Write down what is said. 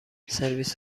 سرویس